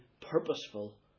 purposeful